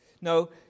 No